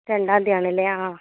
രണ്ടാം തീയ്യതി ആണല്ലേ ആ